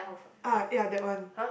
ah ya that one